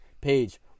page